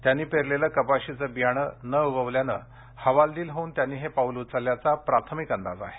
त्यांनी पेरलेलं कपाशीचे बियाणं न उगवल्यानं हवालदिल होऊन त्यांनी हे पाऊल उचलल्याचा प्राथमिक अंदाज आहे